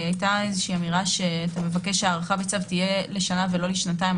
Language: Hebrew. היתה אמירה שאתה מבקש שההארכה בצו תהיה לשנה ולא לשנתיים.